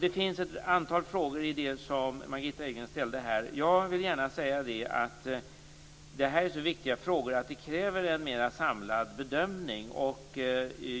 Ett antal av de frågor som Margitta Edgren ställde är så viktiga att de kräver en mer samlad bedömning.